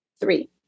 three